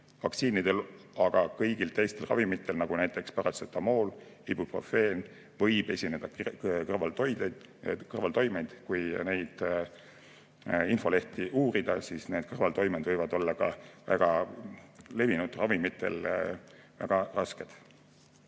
Vaktsiinidel, nagu ka kõigil ravimitel – näiteks paratsetamool ja ibuprofeen – võib esineda kõrvaltoimeid. Kui neid infolehti uurida, siis [selgub], et need kõrvaltoimed võivad olla ka väga levinud ravimitel väga rasked.